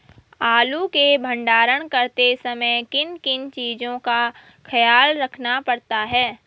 आलू के भंडारण करते समय किन किन चीज़ों का ख्याल रखना पड़ता है?